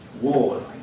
war